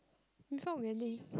we felt